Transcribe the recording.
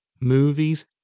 movies